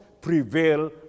prevail